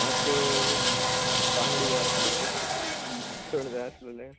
म्हाक बांगडे जाय आसलोले विसण जाय आसलोले